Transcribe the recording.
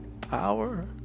power